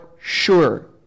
sure